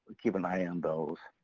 keep an eye on those.